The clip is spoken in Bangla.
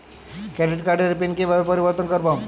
ক্রেডিট কার্ডের পিন কিভাবে পরিবর্তন করবো?